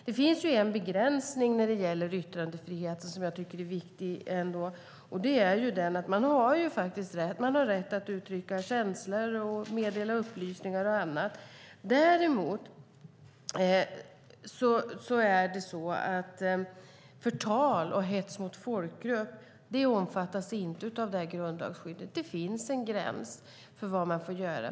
Det finns en begränsning när det gäller yttrandefriheten som jag tycker är viktig: Man har rätt att uttrycka känslor, meddela upplysningar och annat, men däremot omfattas inte förtal och hets mot folkgrupp av detta grundlagsskydd. Det finns en gräns för vad man får göra.